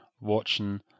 watching